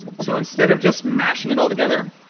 so instead of just mashing it all together,